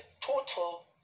total